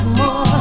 more